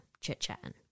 chit-chatting